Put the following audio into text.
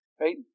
right